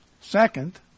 Second